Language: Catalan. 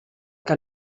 que